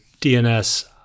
DNS